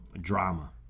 drama